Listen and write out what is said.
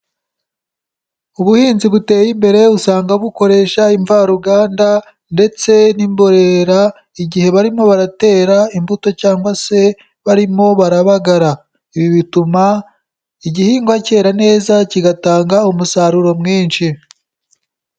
Ubuhinzi buteye imbere usanga bukoresha imvaruganda ndetse n'imborera igihe barimo baratera imbuto cyangwa se barimo barabagara, ibi bituma igihingwa kera neza kigatanga umusaruro mwinshi.